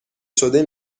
شده